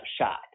shot